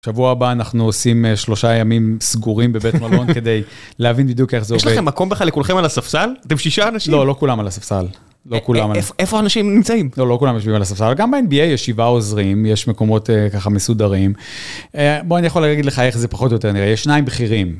שבוע הבא אנחנו עושים שלושה ימים סגורים בבית המלון כדי להבין בדיוק איך זה עובד. יש לכם מקום בכלל לכולכם על הספסל? אתם שישה אנשים. לא, לא כולם על הספסל. לא כולם על... איפה, איפה האנשים נמצאים? לא, לא כולם יושבים על הספסל. גם ב-NBA יש שבעה עוזרים, יש מקומות ככה מסודרים. בוא, אני יכול להגיד לך איך זה פחות או יותר נראה. יש שניים בכירים.